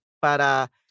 para